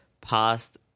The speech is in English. past